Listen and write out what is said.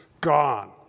Gone